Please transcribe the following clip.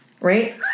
right